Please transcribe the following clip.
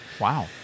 Wow